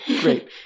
great